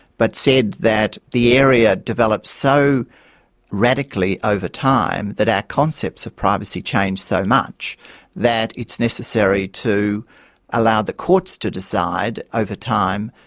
but said that the area develops so radically over time that our concepts of privacy change so much that it's necessary to allow the courts to decide, over time,